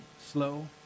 slow